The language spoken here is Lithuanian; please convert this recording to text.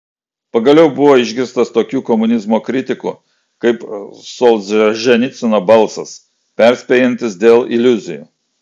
pagaliau buvo išgirstas tokių komunizmo kritikų kaip solženicyno balsas perspėjantis dėl iliuzijų